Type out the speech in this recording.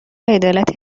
عدالت